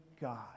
God